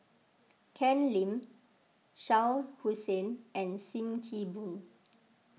Ken Lim Shah Hussain and Sim Kee Boon